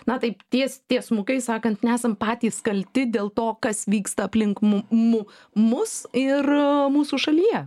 na taip ties tiesmukai sakant nesam patys kalti dėl to kas vyksta aplink mū mū mus ir mūsų šalyje